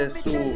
su